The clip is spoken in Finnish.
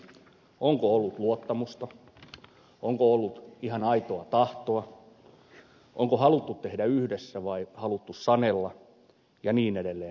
onko ollut luottamusta onko ollut ihan aitoa tahtoa onko haluttu tehdä yhdessä vai haluttu sanella ja niin edelleen